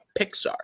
Pixar